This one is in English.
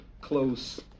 close